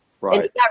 Right